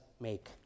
make